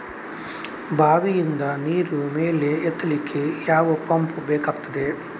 ಬಾವಿಯಿಂದ ನೀರು ಮೇಲೆ ಎತ್ತಲಿಕ್ಕೆ ಯಾವ ಪಂಪ್ ಬೇಕಗ್ತಾದೆ?